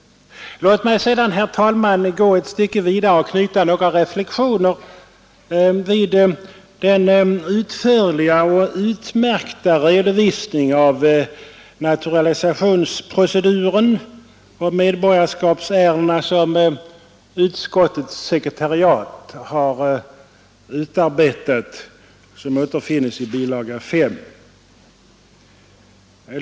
Låt mig sedan, herr talman, gå ett stycke vidare och knyta några reflexioner vid den utförliga och utmärkta redovisning av naturalisationsprocedur och medborgarskapsärenden som utskottets sekretariat har utarbetet och som återfinns i bilaga 5.